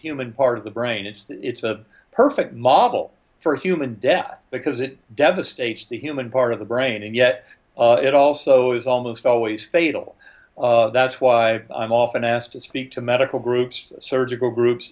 human part of the brain it's a perfect model for human death because it devastates the human part of the brain and yet it also is almost always fatal that's why i'm often asked to speak to medical groups surgical groups